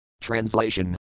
Translation